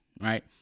right